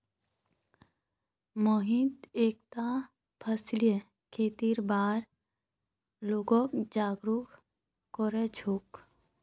मोहित एकता फसलीय खेतीर बार लोगक जागरूक कर छेक